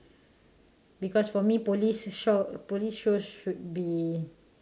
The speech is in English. because for me police show police shows should be